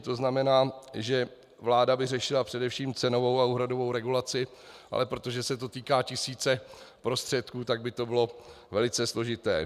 To znamená, že vláda by řešila především cenovou a úhradovou regulaci, ale protože se to týká tisíce prostředků, tak by to bylo velice složité.